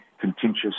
contentious